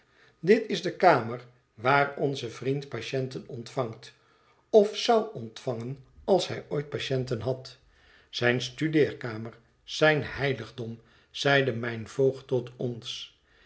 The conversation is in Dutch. dit is de kamer waar onze vriend patiënten ontvangt of zou ontvangen als hij ooit patiënten had zijne studeerkamer zijn heiligdom zeide mijn voogd tot ons